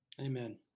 Amen